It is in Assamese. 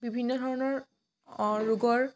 বিভিন্ন ধৰণৰ অঁ ৰোগৰ